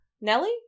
Nelly